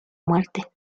muerte